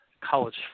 college